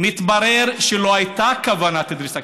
מתברר שלא הייתה כוונת דריסה,